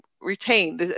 retain